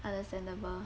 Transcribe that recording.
understandable